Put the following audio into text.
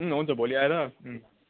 हुन्छ भोलि आएर